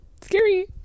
Scary